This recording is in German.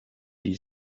die